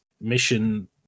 mission